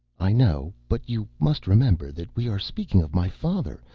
i know. but you must remember that we are speaking of my father,